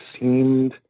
seemed